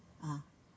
ah